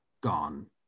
gone